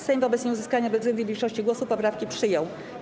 Sejm wobec nieuzyskania bezwzględnej większości głosów poprawki przyjął.